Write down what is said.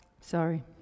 Sorry